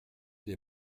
des